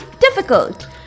difficult